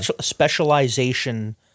specialization